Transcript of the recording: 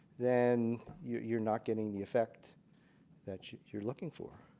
then you're you're not getting the effect that you're looking for.